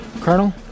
Colonel